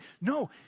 no